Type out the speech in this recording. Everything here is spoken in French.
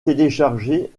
télécharger